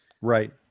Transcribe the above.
Right